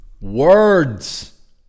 words